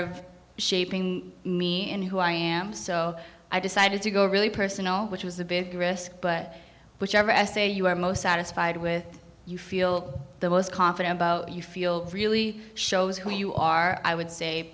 of shaping me in who i am so i decided to go really personal which was a big risk but whichever essay you are most satisfied with you feel the most confident about you feel really shows who you are i would say